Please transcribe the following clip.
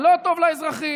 מה לא טוב לאזרחים,